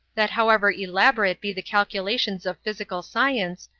that however elaborate be the calculations of physical science,